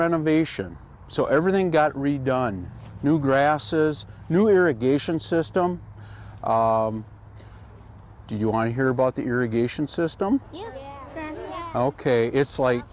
renovation so everything got redone new grasses new irrigation system do you want to hear about the irrigation system ok it's li